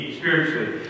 spiritually